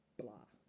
blah